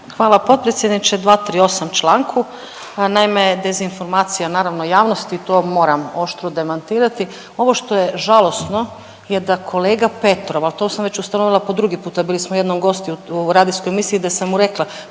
hvala potpredsjedniče, 238. članku, naime dezinformacija naravno javnosti to moram oštro demantirati. Ovo što je žalosno je da kolega Petrov, a to sam već ustanovila po drugi puta, bili smo jednom gosti u radijskoj emisiji da sam mu rekla